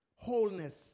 wholeness